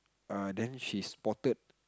err then she spotted